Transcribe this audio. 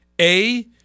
A-